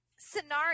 scenario